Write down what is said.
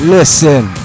Listen